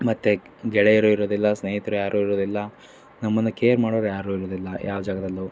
ಮತ್ತು ಗೆಳೆಯರು ಇರೋದಿಲ್ಲ ಸ್ನೇಹಿತರು ಯಾರೂ ಇರೋದಿಲ್ಲ ನಮ್ಮನ್ನು ಕೇರ್ ಮಾಡೋರು ಯಾರೂ ಇರೋದಿಲ್ಲ ಯಾವ ಜಾಗದಲ್ಲೂ